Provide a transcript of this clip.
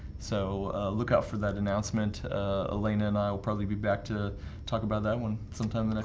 so look out for that announcement elena and i will probably be back to talk about that one sometimes.